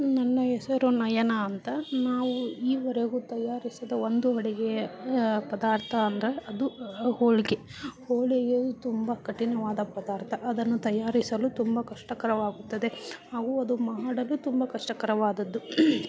ನನ್ನ ಹೆಸರು ನಯನ ಅಂತ ನಾವು ಈವರೆಗೂ ತಯಾರಿಸಿದ ಒಂದು ಅಡುಗೆ ಪದಾರ್ಥ ಅಂದರೆ ಅದು ಹೋಳಿಗೆ ಹೋಳಿಗೆಯು ತುಂಬ ಕಠಿಣವಾದ ಪದಾರ್ಥ ಅದನ್ನು ತಯಾರಿಸಲು ತುಂಬ ಕಷ್ಟಕರವಾಗುತ್ತದೆ ಹಾಗೂ ಅದು ಮಾಡಲು ತುಂಬ ಕಷ್ಟಕರವಾದದ್ದು